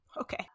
okay